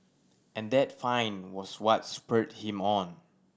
and that find was what spurred him on